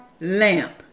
lamp